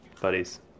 buddies